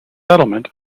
settlement